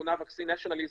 שמכונה Vaccine-Nationalism,